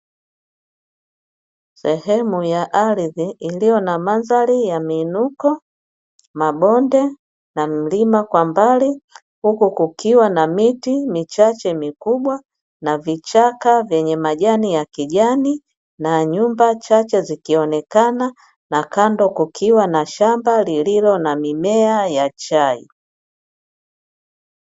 Sehemu ya ardhi iliyo na mandhari ya miinuko, mabonde na mlima kwa mbali, huku kukiwa na miti michache mukubwa na vichaka vyenye majani ya kijani, na nyumba chache zikionekana na kando kukiwa na shamba lililo na mimea ya chai.